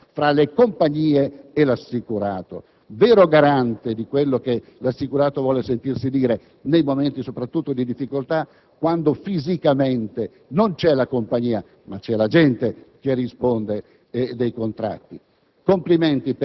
del mercato tra le compagnie e l'assicurato, vero garante di ciò che l'assicurato vuole sentirsi dire nei momenti di difficoltà, quando fisicamente non c'è la compagnia, ma è l'agente che risponde dei contratti.